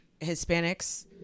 Hispanics